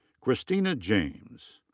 christina james.